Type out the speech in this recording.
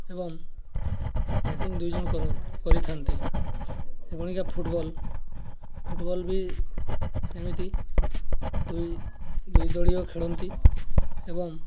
ଏବଂ ବ୍ୟାଟିଂ ଦୁଇ ଜଣ କରିଥାନ୍ତି ଏଭଳିକା ଫୁଟ୍ବଲ୍ ଫୁଟ୍ବଲ୍ ବି ସେମିତି ଦୁଇ ଦୁଇ ଦଳୀୟ ଖେଳନ୍ତି ଏବଂ